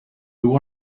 who